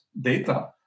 data